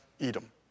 Edom